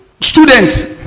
students